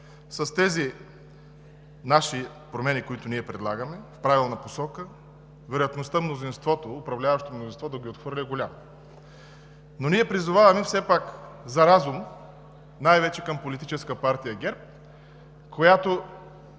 С тези промени, които предлагаме в правилна посока, вероятността управляващото мнозинство да ги отхвърли е голяма. Ние призоваваме все пак за разум, най-вече към Политическа партия ГЕРБ, която